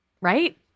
Right